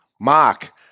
Mark